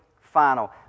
final